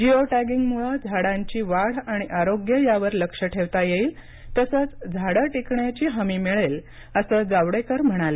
जिओटॅगिंगमुळे झाडांची वाढ आणि आरोग्य यावर लक्ष ठेवता येईल तसंच झाडं टिकण्याची हमी मिळेल असं जावडेकर म्हणाले